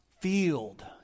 field